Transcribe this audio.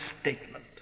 statement